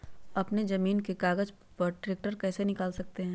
अपने जमीन के कागज पर ट्रैक्टर कैसे निकाल सकते है?